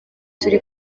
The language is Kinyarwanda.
turi